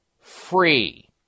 free